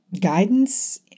guidance